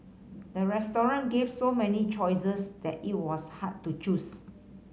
the restaurant gave so many choices that it was hard to choose